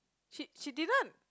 she she didn't